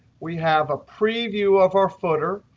we have a preview of our footer,